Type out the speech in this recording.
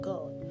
God